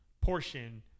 portion